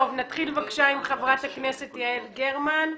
נתחיל עם חברת הכנסת יעל גרמן.